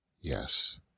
Yes